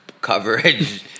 coverage